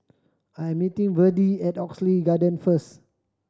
I'm meeting Verdie at Oxley Garden first